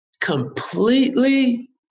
completely